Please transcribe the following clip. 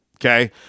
okay